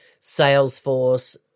Salesforce